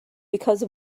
because